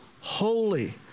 holy